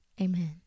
amen